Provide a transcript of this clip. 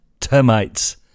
termites